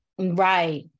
right